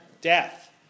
death